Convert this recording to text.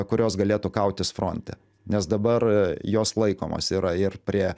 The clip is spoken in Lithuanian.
kurios galėtų kautis fronte nes dabar jos laikomos yra ir prie